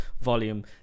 volume